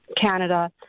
Canada